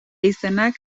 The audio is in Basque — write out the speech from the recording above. izenak